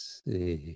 see